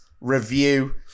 review